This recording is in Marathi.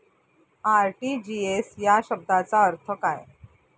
आर.टी.जी.एस या शब्दाचा अर्थ काय?